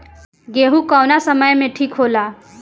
गेहू कौना समय मे ठिक होला?